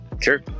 sure